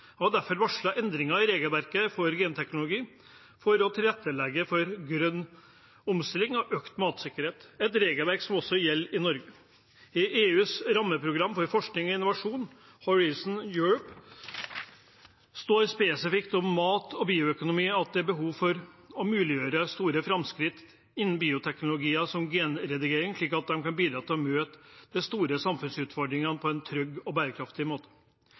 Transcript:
har derfor varslet endringer i regelverket for genteknologi for å tilrettelegge for grønn omstilling og økt matsikkerhet. Det er et regelverk som også gjelder i Norge. I EUs rammeprogram for forskning og innovasjon, Horizon Europe, står det spesifikt om mat og bioøkonomi at det er behov for å muliggjøre store framskritt innen bioteknologier som genredigering, slik at de kan bidra til å møte de store samfunnsutfordringene på en trygg og bærekraftig måte.